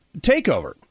takeover